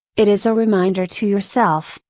it is a reminder to yourself,